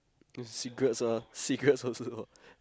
it is cigarettes ah cigarettes also got